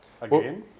Again